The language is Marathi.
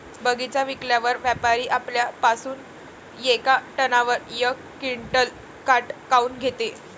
बगीचा विकल्यावर व्यापारी आपल्या पासुन येका टनावर यक क्विंटल काट काऊन घेते?